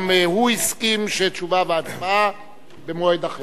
גם הוא הסכים שתשובה והצבעה יהיו במועד אחר.